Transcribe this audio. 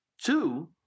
Two